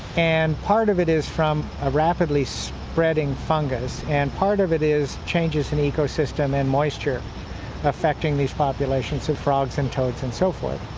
and part of it is from rapidly spreading fungus and part of it is changes in ecosystem and moisture affecting these populations of frogs and toads and so forth.